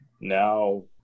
Now